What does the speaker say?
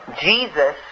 Jesus